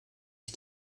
ich